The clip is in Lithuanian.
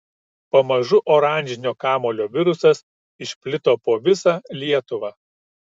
pamažu oranžinio kamuolio virusas išplito po visą lietuvą